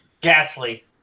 Ghastly